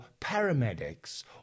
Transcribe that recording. paramedics